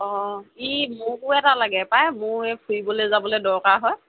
অঁ ই মোকো এটা লাগে পায় মোৰ এই ফুৰিবলৈ যাবলৈ দৰকাৰ হয়